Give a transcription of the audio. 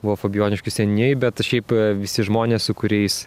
buvo fabijoniškių seniūnijoj bet šiaip visi žmonės su kuriais